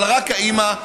אבל רק האימא,